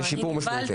זה שיפור משמעותי.